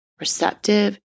receptive